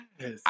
Yes